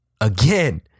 Again